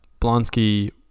Blonsky